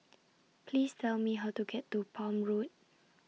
Please Tell Me How to get to Palm Road